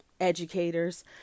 educators